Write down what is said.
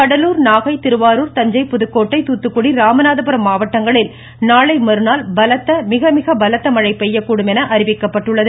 கடலூர் நாகை திருவாரூர் தஞ்சை புதுக்கோட்டை தூத்துக்குடி ராமநாதபுரம் மாவட்டங்களில் நாளைமறுநாள் பலத்த மிக மிக பலத்த மழை பெய்யக்கூடும் என்றும் அறிவித்துள்ளது